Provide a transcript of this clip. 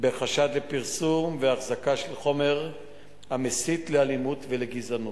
בחשד לפרסום והחזקה של חומר המסית לאלימות ולגזענות.